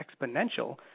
exponential